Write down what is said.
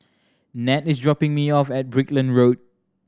Nat is dropping me off at Brickland Road